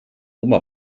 oma